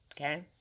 okay